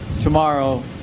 tomorrow